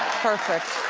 perfect.